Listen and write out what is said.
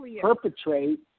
perpetrate